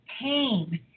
pain